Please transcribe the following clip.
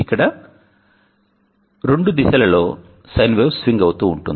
ఇక్కడ రెండు దిశలలో సైన్ వేవ్ స్వింగ్ అవుతూ ఉంటుంది